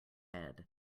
head